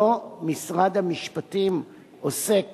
לא משרד המשפטים עוסק